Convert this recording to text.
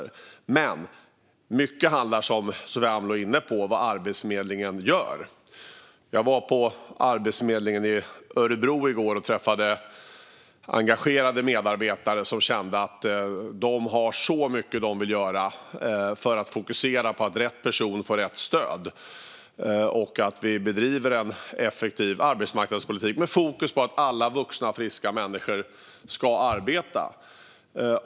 Men mycket handlar om, som Sofia Amloh var inne på, vad Arbetsförmedlingen gör. Jag var på Arbetsförmedlingen i Örebro i går och träffade engagerade medarbetare som kände att de har så mycket de vill göra för att fokusera på att rätt person får rätt stöd. Det handlar om att bedriva en effektiv arbetsmarknadspolitik med fokus på att alla vuxna och friska människor ska arbeta.